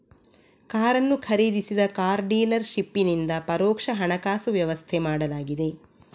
ಕಾರನ್ನು ಖರೀದಿಸಿದ car dealer ಶಿಪ್ಪಿನಿಂದ ಪರೋಕ್ಷ ಹಣಕಾಸು ವ್ಯವಸ್ಥೆ ಮಾಡಲಾಗಿದೆ